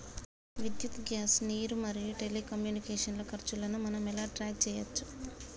విద్యుత్ గ్యాస్ నీరు మరియు టెలికమ్యూనికేషన్ల ఖర్చులను మనం ఎలా ట్రాక్ చేయచ్చు?